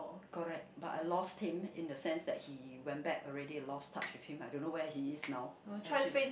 correct but I lost ten in the sense that he went back already a lost touch with him I don't know where he is now as in